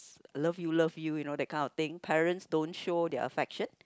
love you love you you know that kind of thing parents don't show their affection